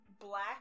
black